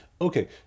Okay